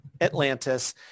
Atlantis